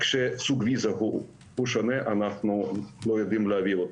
רק כשסוג הוויזה שונה אנחנו לא יודעים להביא אותם.